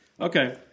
Okay